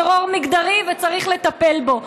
טרור מגדרי, וצריך לטפל בו.